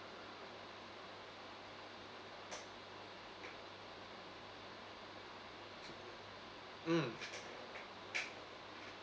mm